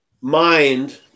mind